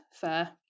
fair